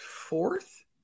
fourth